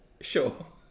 Sure